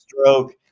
stroke